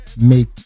make